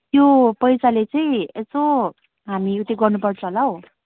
त्यो पैसाले चाहिँ यसो हामी उ त्यो गर्नपर्छ होला हो